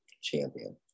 champion